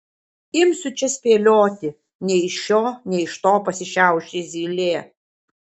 imsiu čia spėlioti nei iš šio nei iš to pasišiaušė zylė